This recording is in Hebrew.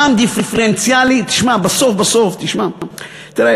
מע"מ דיפרנציאלי, תשמע, בסוף בסוף, תראה,